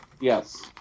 Yes